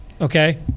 Okay